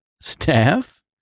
Staff